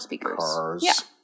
car's